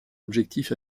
objectifs